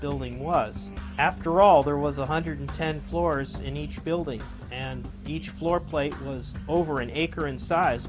building was after all there was one hundred ten floors in each building and each floor plane was over an acre in si